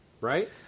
right